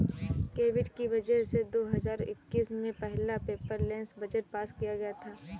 Covid की वजह से दो हजार इक्कीस में पहला पेपरलैस बजट पास किया गया था